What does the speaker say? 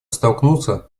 столкнуться